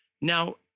Now